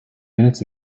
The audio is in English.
minutes